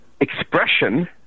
expression